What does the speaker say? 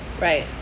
right